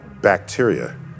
bacteria